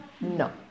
no